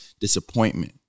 disappointment